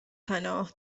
پناه